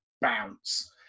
bounce